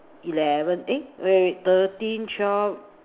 eleven eh wait wait thirteen twelve